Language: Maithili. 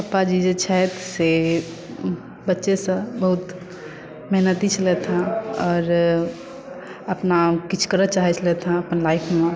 हमर पापाजी जे छथि से बच्चे सँ बहुत मेहनती छलथि हँ आओर अपना किछु करऽ चाहै छलथि हँ अपन लाइफ मे